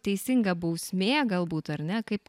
teisinga bausmė galbūt ar ne kaip